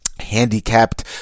handicapped